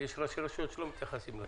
כי יש ראשי רשויות שלא מתייחסים.